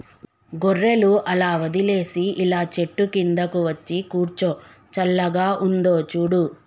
గొర్రెలు అలా వదిలేసి ఇలా చెట్టు కిందకు వచ్చి కూర్చో చల్లగా ఉందో చూడు